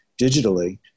digitally